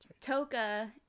Toka